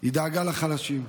היא דאגה לחלשים.